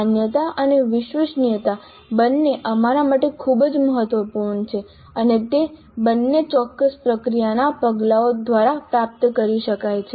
માન્યતા અને વિશ્વસનીયતા બંને અમારા માટે ખૂબ જ મહત્વપૂર્ણ છે અને તે બંને ચોક્કસ પ્રક્રિયાના પગલાઓ દ્વારા પ્રાપ્ત કરી શકાય છે